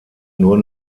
nur